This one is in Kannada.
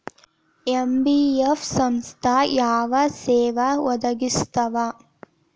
ಎನ್.ಬಿ.ಎಫ್ ಸಂಸ್ಥಾ ಯಾವ ಸೇವಾ ಒದಗಿಸ್ತಾವ?